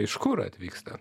iš kur atvyksta